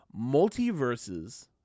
Multiverses